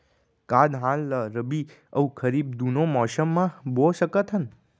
का धान ला रबि अऊ खरीफ दूनो मौसम मा बो सकत हन?